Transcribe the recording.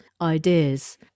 ideas